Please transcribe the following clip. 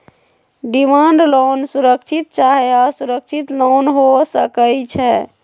demand loan सुरक्षित चाहे असुरक्षित लोन हो सकइ छै